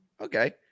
Okay